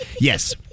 Yes